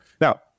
Now